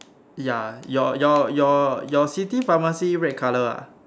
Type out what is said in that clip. ya your your your your city pharmacy red colour ah